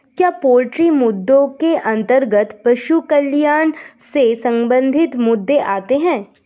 क्या पोल्ट्री मुद्दों के अंतर्गत पशु कल्याण से संबंधित मुद्दे आते हैं?